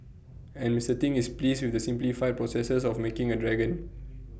and Mister Ting is pleased with the simplified processes of making A dragon